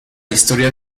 historia